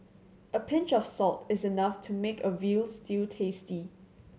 a pinch of salt is enough to make a veal stew tasty